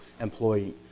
employee